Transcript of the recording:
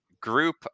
group